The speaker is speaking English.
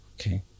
Okay